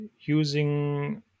using